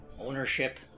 ownership